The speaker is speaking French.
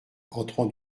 entrant